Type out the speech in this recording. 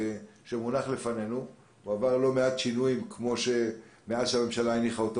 שמונח לפנינו הוא עבר לא מעט שינויים מאז שהממשלה הניחה אותו